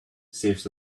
saves